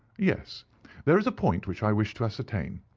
yes there is a point which i wish to ascertain.